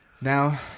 Now